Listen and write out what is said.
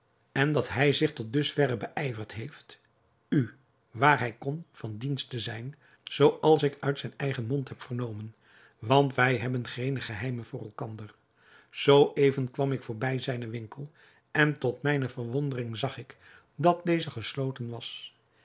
en dat hij zich tot dus verre beijverd heeft u waar hij kon van dienst te zijn zooals ik uit zijn eigen mond heb vernomen want wij hebben geene geheimen voor elkander zoo even kwam ik voorbij zijnen winkel en tot mijne verwondering zag ik dat deze gesloten was